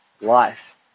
life